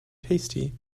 tasty